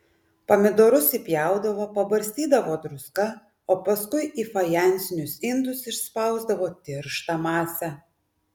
pomidorus įpjaudavo pabarstydavo druska o paskui į fajansinius indus išspausdavo tirštą masę